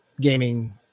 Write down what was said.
gaming